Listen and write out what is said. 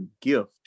gift